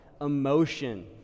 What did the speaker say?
Emotion